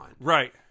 Right